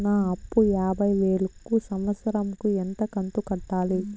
నా అప్పు యాభై వేలు కు సంవత్సరం కు ఎంత కంతు కట్టాలి?